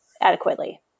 adequately